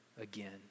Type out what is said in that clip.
again